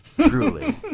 truly